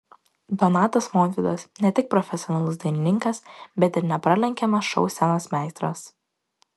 donatas montvydas ne tik profesionalus dainininkas bet ir nepralenkiamas šou scenos meistras